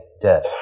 dead